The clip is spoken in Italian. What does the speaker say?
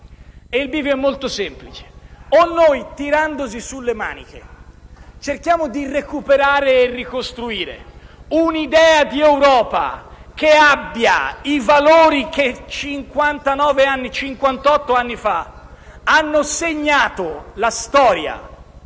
il bivio è molto semplice: o noi, tirandoci su le maniche, cerchiamo di recuperare e di ricostruire un'idea d'Europa che abbia i valori che cinquantotto anni fa hanno segnato la storia